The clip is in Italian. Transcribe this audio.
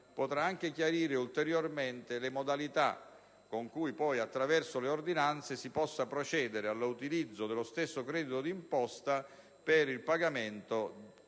potrà chiarire ulteriormente le modalità con cui, attraverso le ordinanze, si potrà poi procedere all'utilizzo dello stesso credito di imposta per il pagamento,